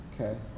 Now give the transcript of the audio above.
Okay